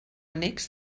annex